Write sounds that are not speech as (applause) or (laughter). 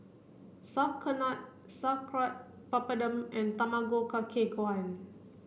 (unintelligible) Sauerkraut Papadum and Tamago Kake Gohan